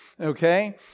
Okay